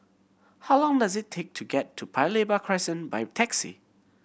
how long does it take to get to Paya Lebar Crescent by taxi